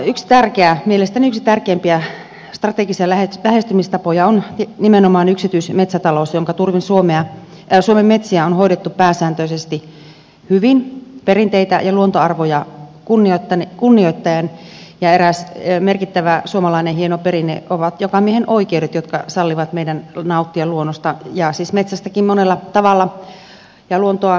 yksi tärkeä mielestäni yksi tärkeimpiä strategisia lähestymistapoja on nimenomaan yksityismetsätalous jonka turvin suomen metsiä on hoidettu pääsääntöisesti hyvin perinteitä ja luontoarvoja kunnioittaen ja eräs merkittävä suomalainen hieno perinne ovat jokamiehenoikeudet jotka sallivat meidän nauttia luonnosta ja siis metsistäkin monella tavalla ja luontoa varjellen